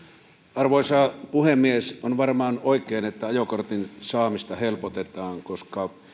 arvoisa puhemies on varmaan oikein että ajokortin saamista helpotetaan